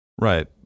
Right